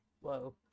Whoa